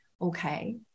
Okay